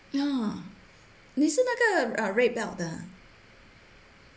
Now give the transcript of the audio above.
ya 你是那个 red belt 的 ah